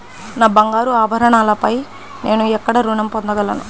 నా బంగారు ఆభరణాలపై నేను ఎక్కడ రుణం పొందగలను?